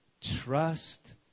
trust